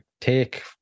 take